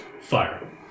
Fire